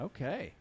Okay